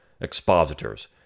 expositors